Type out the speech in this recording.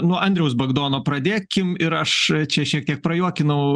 nuo andriaus bagdono pradėkim ir aš čia šiek tiek prajuokinau